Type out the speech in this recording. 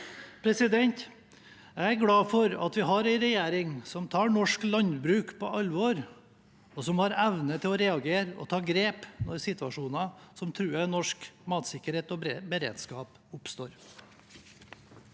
ha det. Jeg er glad for at vi har en regjering som tar norsk landbruk på alvor, og som har evne til å reagere og ta grep når situasjoner som truer norsk matsikkerhet og beredskap oppstår.